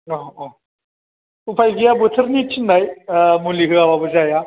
औ औ उफाय गैया बोथोरनि थिननाय मुलि होआब्लाबो जाया